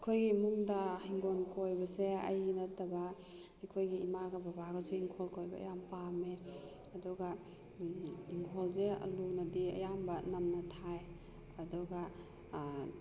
ꯑꯩꯈꯣꯏꯒꯤ ꯏꯃꯨꯡꯗ ꯍꯤꯡꯒꯣꯜ ꯀꯣꯏꯕꯁꯦ ꯑꯩ ꯅꯠꯇꯕ ꯑꯩꯈꯣꯏꯒꯤ ꯏꯃꯥꯒ ꯕꯕꯥꯒꯁꯨ ꯏꯪꯈꯣꯜ ꯀꯣꯏꯕ ꯌꯥꯝ ꯄꯥꯝꯃꯦ ꯑꯗꯨꯒ ꯏꯪꯈꯣꯜꯁꯦ ꯑꯜꯂꯨꯅꯗꯤ ꯑꯌꯥꯝꯕ ꯅꯝꯅ ꯊꯥꯏ ꯑꯗꯨꯒ